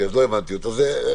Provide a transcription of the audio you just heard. כנראה לא הבנתי אותה קודם.